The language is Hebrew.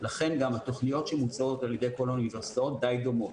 לכן גם התוכניות שמוצעות על ידי כל האוניברסיטאות די דומות,